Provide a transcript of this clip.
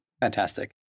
Fantastic